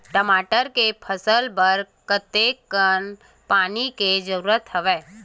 टमाटर के फसल बर कतेकन पानी के जरूरत हवय?